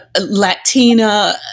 Latina